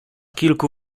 kilku